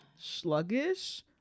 sluggish